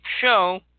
show